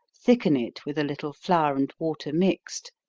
thicken it with a little flour and water mixed,